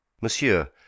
Monsieur